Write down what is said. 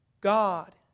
God